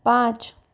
पाँच